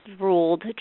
ruled